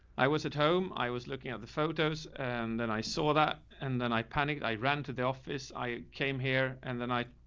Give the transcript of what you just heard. i was at home, i was looking at the photos, and then i saw that, and then i panicked. i ran to the office, i came here and then i.